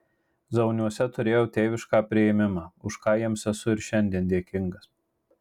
zauniuose turėjau tėvišką priėmimą už ką jiems esu ir šiandien dėkingas